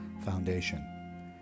foundation